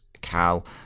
Cal